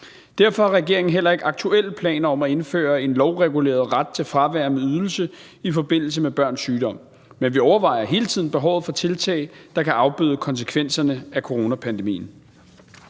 Derfor har regeringen heller ikke aktuelle planer om at indføre en lovreguleret ret til fravær med ydelse i forbindelse med børns sygdom. Men vi overvejer hele tiden behovet for tiltag, der kan afbøde konsekvenserne af coronapandemien.